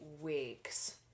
weeks